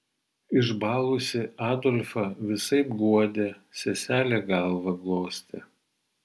išbalusį adolfą visaip guodė seselė galvą glostė